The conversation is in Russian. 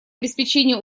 обеспечения